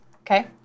Okay